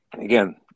again